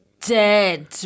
dead